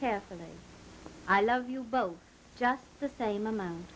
carefully i love you both just the same amount